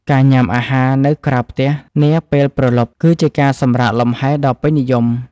ការញ៉ាំអាហារនៅក្រៅផ្ទះនាពេលព្រលប់ គឺជាការសម្រាកលម្ហែដ៏ពេញនិយម។